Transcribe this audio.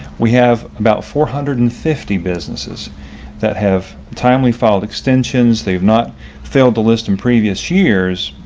we have about four hundred and fifty businesses that have timely filed extensions. they have not failed the list in previous years,